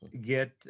get